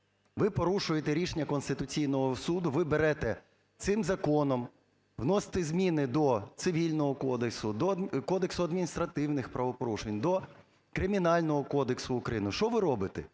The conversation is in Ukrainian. ви порушуєте рішення Конституційного Суду, ви берете цим законом, вносите зміни до Цивільного кодексу, до кодексу адміністративних правопорушень, до Кримінального кодексу України. Що ви робите?